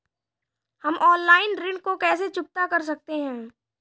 हम ऑनलाइन ऋण को कैसे चुकता कर सकते हैं?